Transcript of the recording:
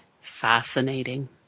fascinating